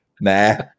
Nah